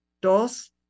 dos